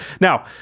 Now